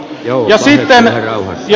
ja sitten vielä